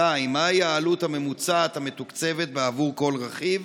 2. מהי העלות הממוצעת המתוקצבת בעבור כל רכיב?